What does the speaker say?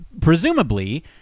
presumably